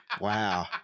Wow